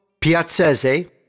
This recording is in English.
Piazzese